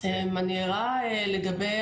אני ערה לגבי